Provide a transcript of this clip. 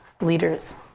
leaders